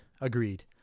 agreed